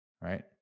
Right